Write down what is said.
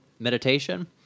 meditation